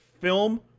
film